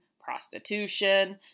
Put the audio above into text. prostitution